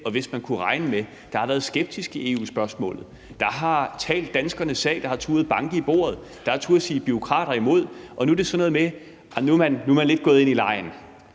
har vidst man kunne regne med, som har været skeptisk i EU-spørgsmålet, der har talt danskernes sag, der har turdet banke i bordet, og som har turdet sige bureaukrater imod. Nu er det sådan noget med, at man lidt er gået ind i legen.